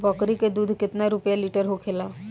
बकड़ी के दूध केतना रुपया लीटर होखेला?